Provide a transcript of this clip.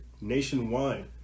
nationwide